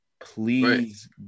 Please